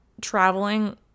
traveling